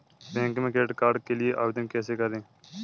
Bank में credit card के लिए आवेदन कैसे करें?